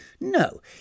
No